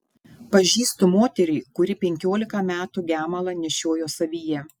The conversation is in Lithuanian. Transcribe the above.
pažįstu moterį kuri penkiolika metų gemalą nešiojo savyje